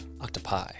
Octopi